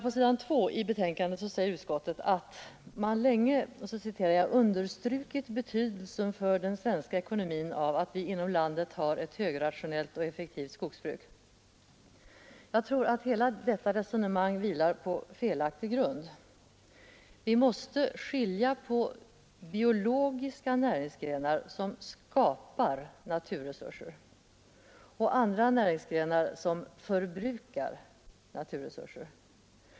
På s.2 i betänkandet skriver utskottet att man länge ”understrukit betydelsen för den svenska ekonomin av att vi inom landet har ett högrationellt och effektivt skogsbruk”. Jag tror att hela detta resonemang vilar på en felaktig grund. Vi måste skilja på biologiska näringsgrenar som skapar naturresurser och andra näringsgrenar som förbrukar naturresurser.